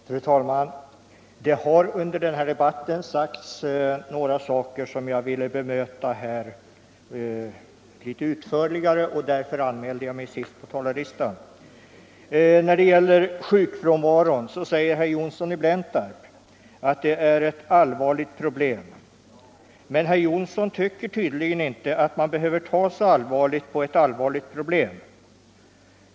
Fru talman! Det har under den här debatten sagts några saker som jag ville bemöta litet utförligare, och därför anmälde jag mig sist på talarlistan. När det gäller sjukfrånvaron säger herr Johnsson i Blentarp att det är ett allvarligt problem. Men herr Johnsson tycker tydligen inte att man behöver ta så allvarligt på ett allvarligt problem.